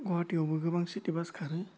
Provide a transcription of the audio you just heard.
गुवाहाटियावबो गोबां city bus खारो